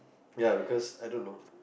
ya because I don't know